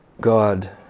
God